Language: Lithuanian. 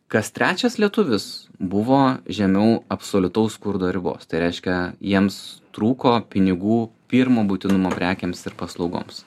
kas trečias lietuvis buvo žemiau absoliutaus skurdo ribos tai reiškia jiems trūko pinigų pirmo būtinumo prekėms ir paslaugoms